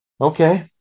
Okay